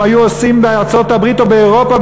בארצות-הברית או באירופה,